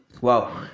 Wow